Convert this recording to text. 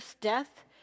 death